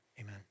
Amen